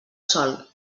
sol